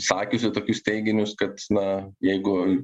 sakiusi tokius teiginius kad na jeigu